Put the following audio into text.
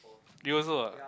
you also ah